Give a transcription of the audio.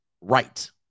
right